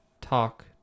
talk